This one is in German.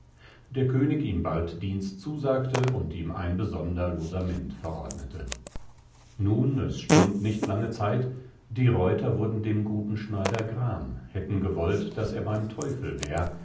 der könig ihm bald dienst zusagte und ihm ein besonder losament verordnete nun es stund nicht lange zeit die reuter wurden dem guten schneider gram hätten gewollt daß er beim teufel wär